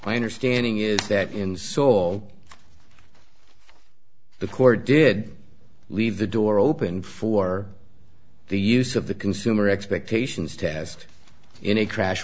my understanding is that in salt the court did leave the door open for the use of the consumer expectations test in a crash